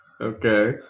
Okay